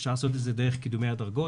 אפשר לעשות את זה דרך קידומי הדרגות,